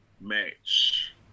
match